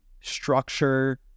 structure